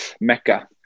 Mecca